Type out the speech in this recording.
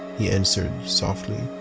he answered softly.